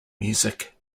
music